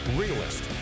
realist